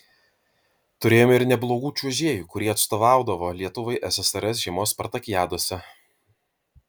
turėjome ir neblogų čiuožėjų kurie atstovaudavo lietuvai ssrs žiemos spartakiadose